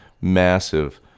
massive